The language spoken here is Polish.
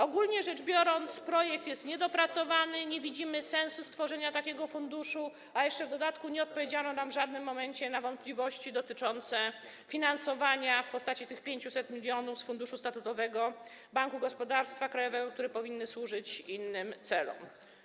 Ogólnie rzecz biorąc, projekt jest niedopracowany, nie widzimy sensu stworzenia takiego funduszu, a jeszcze w dodatku nie odpowiedziano nam w żadnym momencie na wątpliwości dotyczące finansowania w postaci tych 500 mln z funduszu statutowego Banku Gospodarstwa Krajowego, które powinny służyć innym celom.